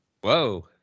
Whoa